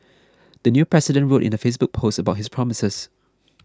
the new president wrote in a Facebook post about his promises